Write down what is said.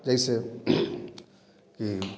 जैसे कि